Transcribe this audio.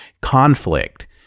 conflict